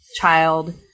child